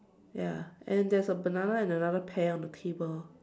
ya and then there's a banana and another pear on the table